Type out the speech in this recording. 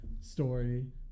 story